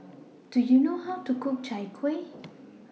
Do YOU know How to Cook Chai Kuih